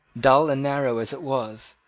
dull and narrow as it was,